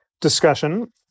discussion